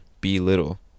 belittle